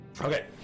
Okay